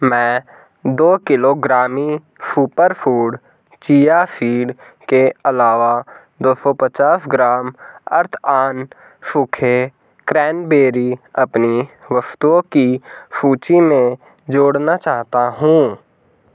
मैं दो किलो ग्रामी सुपरफूड चिया सीड के अलावा दौ सौ पचास ग्राम अर्थऑन सूखे क्रैनबेरी अपनी वस्तुओं की सूची में जोड़ना चाहता हूँ